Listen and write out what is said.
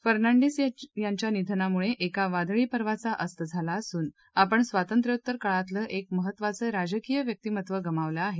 फर्नांडीस यांच्या निधनामुळे एका वादळी पर्वाचा अस्त झाला असून आपण स्वातंत्र्योत्तर काळातलं एक महत्तवाचं राजकीय व्यक्तीमत्त्व गमावलं आहे